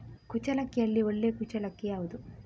ಕುಚ್ಚಲಕ್ಕಿಯಲ್ಲಿ ಒಳ್ಳೆ ಕುಚ್ಚಲಕ್ಕಿ ಯಾವುದು?